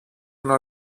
είναι